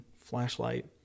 flashlight